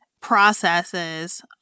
processes